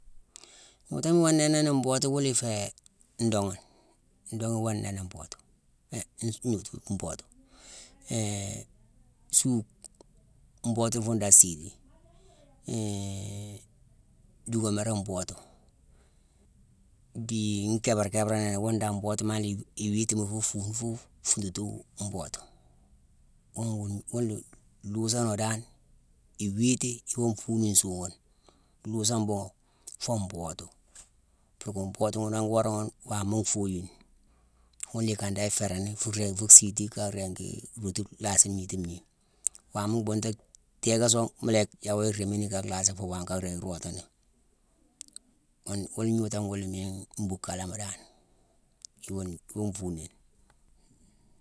Gnootone iwa nanani mbootu wuna iféé; ndooghone. Ndooghone iwa nanin mbootu mbootu. suuck, mbootu, fune dan siiti, duckamérama mbootu. Dii nkéébarkéébaronowu, wune dan mbootu maa lé i-iwiitima ifuu fuune fuu funtutuu mbootuma. Wune ghune-nlhuusonowu dan, iwiiti iwo nfuuni nsuughune: nlhuusone bhuugowu. Foo mbootu. Purké mbootu, ghune a gworé ghune waama nfooyine, ghuna ikandane ifééréni, fuu ringi fuu siiti ka ringi rootu-lhaasi ngniti ngnii. Waame mbhuuta thééka song, mu la yick yawo yé réémini kaa lhaasi fuu waame ka ringi rootuni. Ghune, wune gnootone ghuna miine mbuukalama dan, wune iwa fuuni.